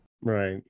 Right